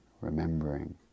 remembering